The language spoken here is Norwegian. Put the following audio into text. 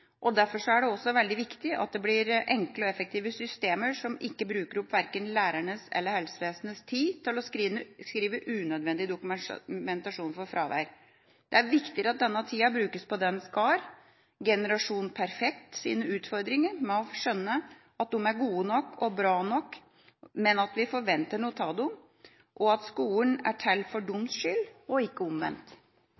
byråkrati. Derfor er det også veldig viktig at det blir enkle og effektive systemer som ikke bruker opp verken lærernes eller helsevesenets tid til å skrive unødvendig dokumentasjon for fravær. Det er viktigere at denne tida brukes på det den skal: «generasjon perfekt» sine utfordringer med å skjønne at de er gode nok og bra nok, men at vi forventer noe av dem, og at skolen er til for